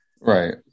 Right